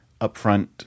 upfront